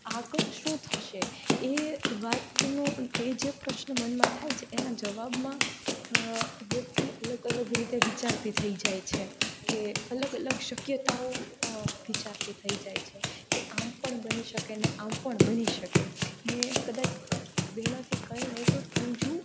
આગળ શું થશે એ વાતનો એ જે પ્રશ્ન મનમાં થાય છે એના જવાબમાં વ્યક્તિ અલગ અલગ રીતે વિચારતી થઈ જાય છે કે અલગ અલગ શક્યતાઓ વિચારતી થઈ જાય છે કે આમ પણ બની શકે ને આમ પણ બની શકે ને કદાચ આ બેમાંથી કંઈ નહીં તો ત્રીજું